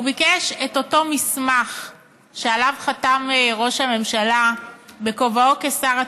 הוא ביקש את אותו מסמך שעליו חתם ראש הממשלה בכובעו כשר התקשורת,